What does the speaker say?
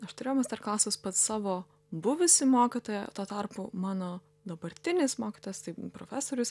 aš turėjau masterklasus pas savo buvusį mokytoją tuo tarpu mano dabartinis mokytojas tai profesorius